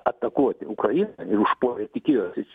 atakuoti ukrainą užpuolė tikėjosi